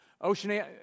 ocean